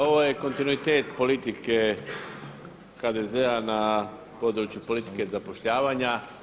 Ovo je kontinuitet politike HDZ-a na području politike zapošljavanja.